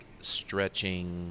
stretching